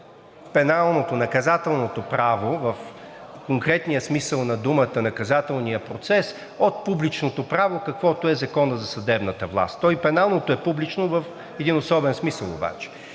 пеналното, наказателното право в конкретния смисъл на думата, наказателния процес, от публичното право, каквото е Законът за съдебната власт. То и пеналното е публично, в един особен смисъл обаче.